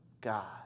God